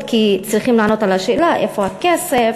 כי צריכים לענות על השאלה איפה הכסף,